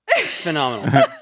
Phenomenal